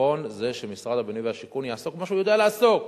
הביטחון זה שמשרד הבינוי והשיכון יעסוק במה שהוא יודע לעסוק,